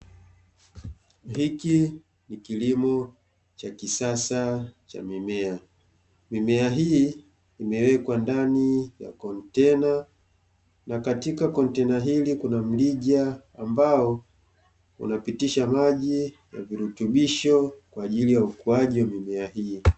Hiki ni kilimo cha kisasa cha mimea. Mimea hii imewekwa ndani ya kontena, na katika kontena hili kuna mrija ambao unapitisha maji na virutubisho kwa ajili ya ukuaji wa mimea hii.